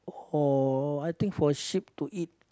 or I think for sheep to eat